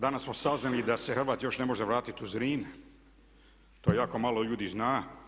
Danas smo saznali da se Hrvat još ne može vratiti u Zrin, to jako malo ljudi zna.